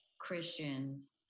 Christians